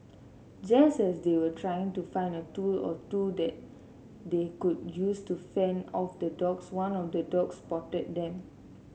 just as they were trying to find a tool or two that they could use to fend off the dogs one of the dogs spotted them